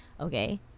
Okay